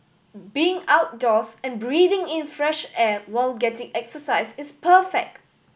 being outdoors and breathing in fresh air while getting exercise is perfect